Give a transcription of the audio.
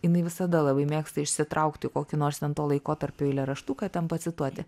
jinai visada labai mėgsta išsitraukti kokį nors ten to laikotarpio eilėraštuką ten pacituoti